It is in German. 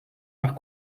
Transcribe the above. nach